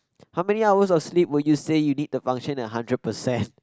how many hours of sleep will you say you need to function at hundred percent